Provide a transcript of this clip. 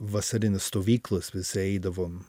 vasarines stovyklas vis eidavom